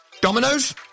Dominoes